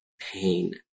pain